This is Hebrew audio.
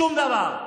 שום דבר.